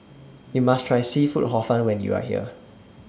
YOU must Try Seafood Hor Fun when YOU Are here